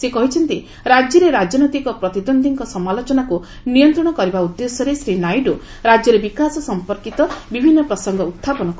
ସେ କହିଛନ୍ତି ରାଜ୍ୟରେ ରାଜନୈତିକ ପ୍ରତିଦ୍ୱନ୍ଦିଙ୍କ ସମାଲୋଚନକୁ ନିୟନ୍ତ୍ରଣ କରିବା ଉଦ୍ଦେଶ୍ୟରେ ଶ୍ରୀ ନାଇଡୁ ରାଜ୍ୟର ବିକାଶ ସମ୍ପର୍କିତ ବିଭିନ୍ନ ପ୍ରସଙ୍ଗ ଉତ୍ଥାପନ କରୁଛନ୍ତି